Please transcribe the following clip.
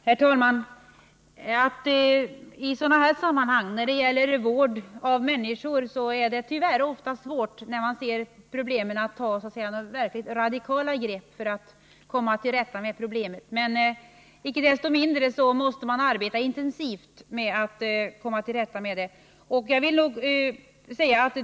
Herr talman! I sådana här sammanhang, när det gäller vård av människor, är det tyvärr ofta svårt att ta verkligt radikala grepp för att komma till rätta med problem. Icke desto mindre måste man arbeta intensivt för att komma till rätta med olika problem.